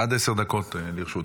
עד עשר דקות לרשותך.